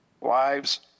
lives